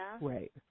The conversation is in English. right